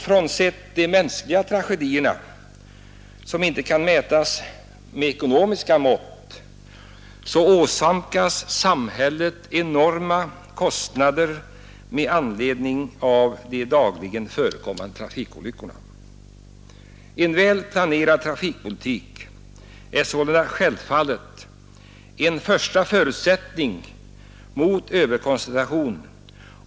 Frånsett mänskliga tragedier, som inte kan mätas med ekonomiska mått, åsamkas samhället enorma kostnader med anledning av de dagligen förekommande trafikolyckorna. En väl planerad trafikpolitik är sålunda självfallet en första förutsättning för att hindra överkoncentration.